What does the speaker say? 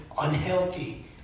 unhealthy